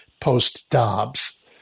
post-Dobbs